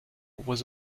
was